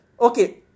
okay